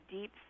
deep